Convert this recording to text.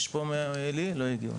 לא הגיעו.